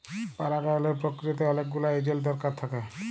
পরাগায়লের পক্রিয়াতে অলেক গুলা এজেল্ট দরকার থ্যাকে